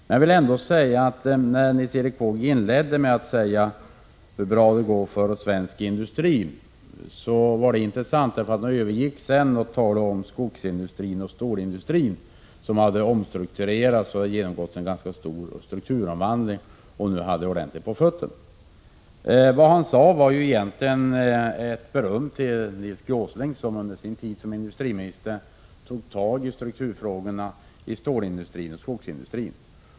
Men när Nils Erik Wååg inledde med att säga hur bra det går för svensk industri var det intressant, därför att han övergick till att tala om skogsindustrin och stålindustrin som genomgått en ganska stor strukturomvandling och nu har ordentligt på fötterna. Vad han sade var egentligen ett beröm till Nils G. Åsling, som under sin tid som industriminister tog tag i strukturfrågorna i stålindustrin och skogsindustrin.